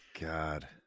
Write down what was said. god